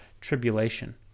tribulation